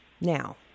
now